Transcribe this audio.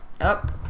Up